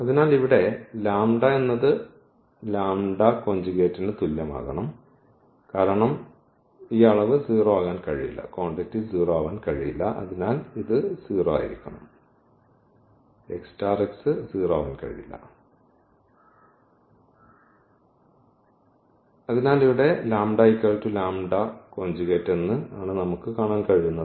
അതിനാൽ ഇവിടെ എന്നത് ന് തുല്യമാകണം കാരണം ഈ അളവ് 0 ആകാൻ കഴിയില്ല അതിനാൽ ഇത് 0 ആയിരിക്കണം അതിനാൽ ഇവിടെ എന്ന് ആണ് നമുക്ക് കാണാൻ കഴിയുന്നത്